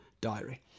diary